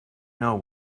know